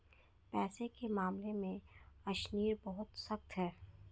पैसे के मामले में अशनीर बहुत सख्त है